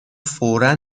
فورا